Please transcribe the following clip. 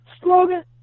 slogan